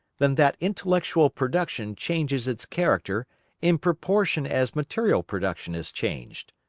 than that intellectual production changes its character in proportion as material production is changed?